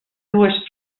dues